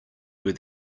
where